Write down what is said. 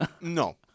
No